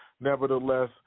nevertheless